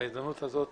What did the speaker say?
בהזדמנות הזאת,